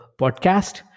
podcast